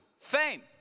fame